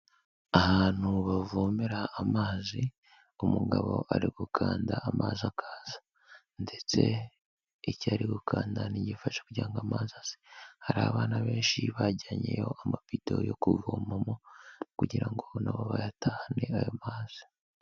Ahantu bavomera amazi, umugabo ari gukanda amazi akaza ndetse icyari gukanda ni igifasha kugiga ngo amazi aze, hari abana benshi bajyanyeyo amabido yo kuvomamo kugira ngo na bo bayatahane ayo mazi.